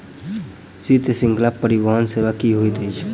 शीत श्रृंखला परिवहन सेवा की होइत अछि?